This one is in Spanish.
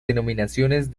denominaciones